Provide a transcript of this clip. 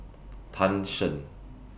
Tan Shen